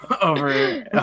over